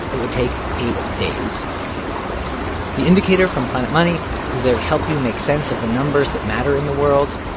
it would take eight days the indicator from planet money is there to help you make sense of the numbers that matter in the world.